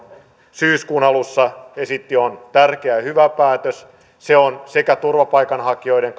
syyskuun alussa esitti on tärkeä ja hyvä päätös se on sekä turvapaikanhakijoiden